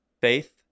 faith